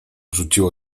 rzuciło